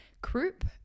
croup